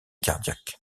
cardiaque